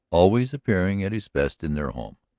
always appearing at his best in their home.